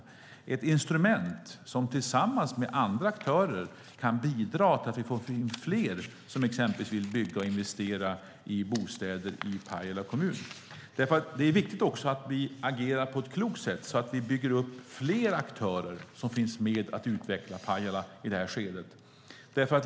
Det är ett instrument som tillsammans med andra aktörer kan bidra till att vi får in fler som till exempel vill bygga och investera i bostäder i Pajala kommun. Det är viktigt att vi agerar på ett klokt sätt så att vi knyter till oss fler aktörer som vill vara med och utveckla Pajala i detta skede.